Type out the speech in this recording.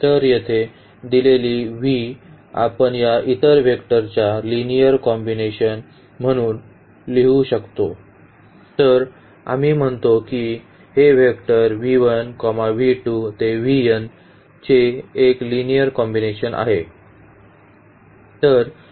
तर येथे दिलेली v आपण या इतर वेक्टरच्या लिनिअर कॉम्बिनेशन म्हणून लिहू शकतो तर आम्ही म्हणतो की हे वेक्टर चे एक लिनिअर कॉम्बिनेशन आहे